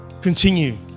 continue